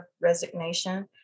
resignation